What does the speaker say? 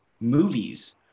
movies